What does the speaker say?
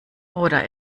oder